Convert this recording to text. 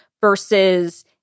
versus